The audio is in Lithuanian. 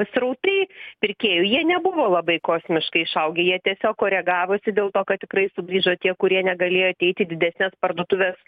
srautai pirkėjų jie nebuvo labai kosmiškai išaugę jie tiesiog koregavosi dėl to kad tikrai sugrįžo tie kurie negalėjo ateiti į didesnes parduotuves